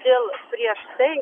todėl prieš tai